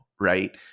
right